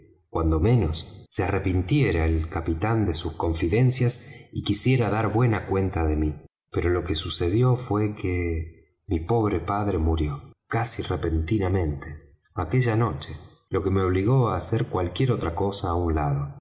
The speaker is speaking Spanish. cuando menos se arrepintiera el capitán de sus confidencias y quisiera dar buena cuenta de mí pero lo que sucedió fué que mi pobre padre murió casi repentinamente aquella noche lo que me obligó á hacer cualquiera otra cosa á un lado